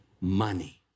money